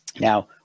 Now